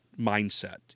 mindset